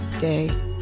day